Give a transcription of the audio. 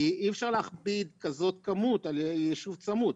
כי אי אפשר להכביד כזאת כמות על ישוב צמוד,